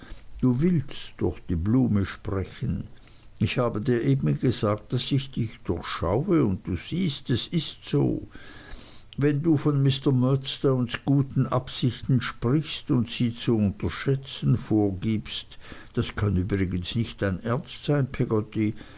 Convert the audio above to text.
du willst durch die blume sprechen ich habe dir eben gesagt daß ich dich durchschaue und du siehst es ist so wenn du von mr murdstones guten absichten sprichst und sie zu unterschätzen vorgibst das kann übrigens nicht dein ernst sein